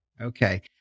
Okay